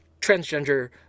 transgender